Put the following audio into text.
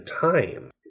time